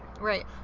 Right